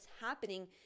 happening